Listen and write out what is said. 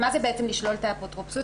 מה זה בעצם לשלול את האפוטרופסות,